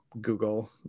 Google